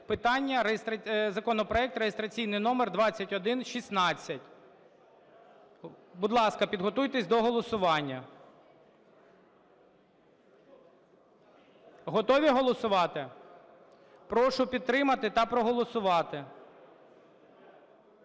питання – законопроект, реєстраційний номер 2116. Будь ласка, підготуйтесь до голосування. Готові голосувати? Прошу підтримати та проголосувати.